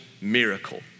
miracle